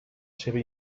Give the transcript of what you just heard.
seua